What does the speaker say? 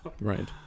right